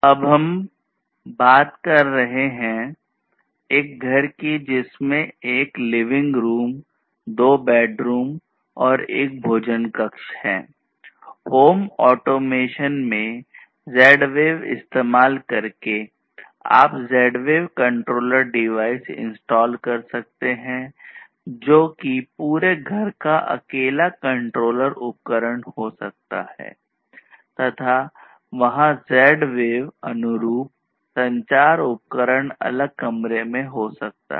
अब हम बात कर रहे हैं के एक घर की जिसमें एक लिविंग रूम किए जा सकते हैं